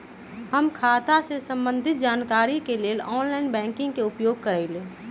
हम खता से संबंधित जानकारी के लेल ऑनलाइन बैंकिंग के उपयोग करइले